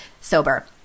Sober